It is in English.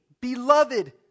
Beloved